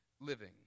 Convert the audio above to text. living